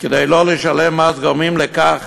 כדי לא לשלם מס גורמים לכך